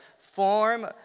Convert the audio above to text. form